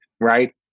right